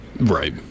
Right